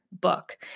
book